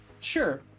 sure